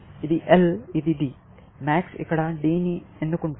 ఇది L ఇది Dmax ఇక్కడ D ని ఎన్నుకుంటుంది